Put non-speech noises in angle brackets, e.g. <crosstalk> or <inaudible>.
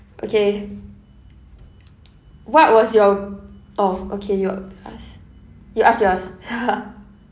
okay what was your oh okay you ask you ask you ask <laughs>